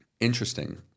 Interesting